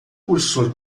cursor